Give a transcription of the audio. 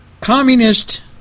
Communist